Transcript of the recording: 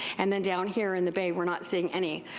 and then down here in the bay weire not seeing any,